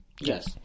Yes